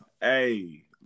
Hey